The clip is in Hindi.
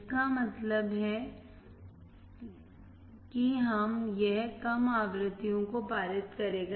इसका मतलब है कि यह कम आवृत्तियों को पारित करेगा